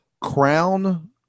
crown